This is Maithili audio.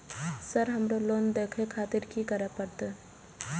सर हमरो लोन देखें खातिर की करें परतें?